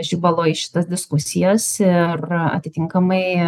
žibalo į šitas diskusijas ir atitinkamai